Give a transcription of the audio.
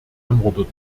ermordet